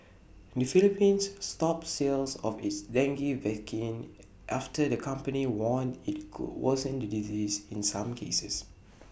the Philippines stopped sales of its dengue vaccine after the company warned IT could worsen the disease in some cases